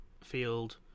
field